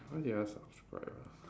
what did I subscribed ah